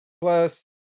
plus